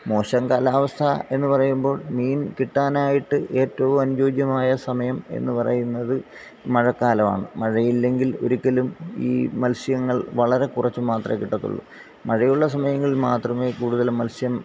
മോശം കാലാവസ്ഥ എന്നു പറയുമ്പോൾ മീൻ കിട്ടാനായിട്ട് ഏറ്റവും അനുയോജ്യമായ സമയം എന്നു പറയുന്നത് മഴക്കാലം ആണ് മഴയില്ലെങ്കിൽ ഒരിക്കലും ഈ മത്സ്യങ്ങൾ വളരെ കുറച്ച് മാത്രമേ കിട്ടത്തുള്ളൂ മഴയുള്ള സമയങ്ങളിൽ മാത്രമേ കൂടുതലും മൽസ്യം